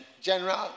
general